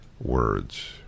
words